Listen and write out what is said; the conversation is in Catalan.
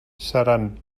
seran